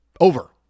over